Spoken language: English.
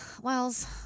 Wells